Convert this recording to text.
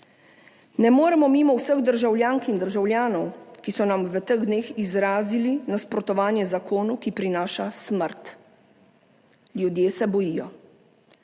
Ne moremo mimo vseh državljank in državljanov, ki so nam v teh dneh izrazili nasprotovanje zakonu, ki prinaša smrt. Ljudje se bojijo.